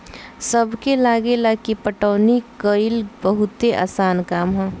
सबके लागेला की पटवनी कइल बहुते आसान काम ह